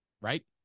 Right